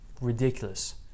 Ridiculous